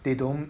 they don't